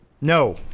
no